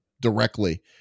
directly